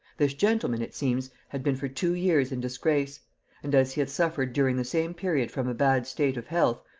this gentleman, it seems, had been for two years in disgrace and as he had suffered during the same period from a bad state of health,